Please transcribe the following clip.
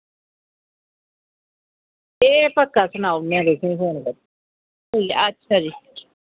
एह् पक्का सनाई ओड़ने आं तुसेंगी फोन करियै अच्छा जी